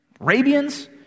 Arabians